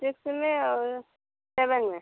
sixth में और seven में